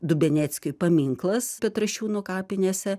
dubeneckiui paminklas petrašiūnų kapinėse